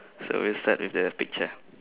so we'll start with the picture